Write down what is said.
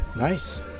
Nice